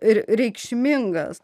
ir reikšmingas